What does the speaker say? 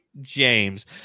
James